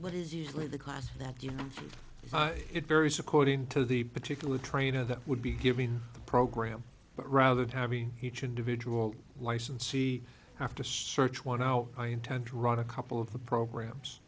what is usually the class that you know it varies according to the particular trainer that would be given the program but rather than having each individual licensee have to search one out i intend to run a couple of the programs